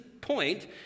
point